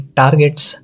targets